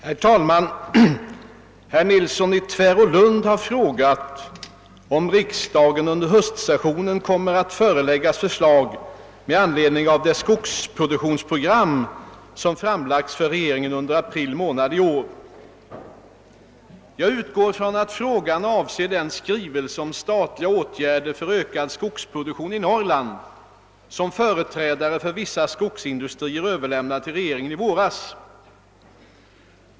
Herr talman! Herr Nilsson i Tvärålund har frågat om riksdagen under höstsessionen kommer att föreläggas förslag med anledning av det skogsproduktionsprogram som framlagts för regeringen under april månad i år. Jag utgår från att frågan avser den skrivelse om statliga åtgärder för ökad skogsproduktion i Norrland, som företrädare för vissa skogsindustrier överlämnade till regeringen i våras.